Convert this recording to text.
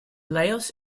lagos